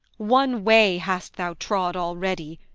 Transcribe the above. one way hast thou trod already,